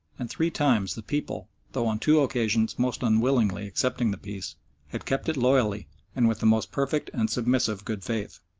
and three times the people though on two occasions most unwillingly accepting the peace had kept it loyally and with the most perfect and submissive good faith.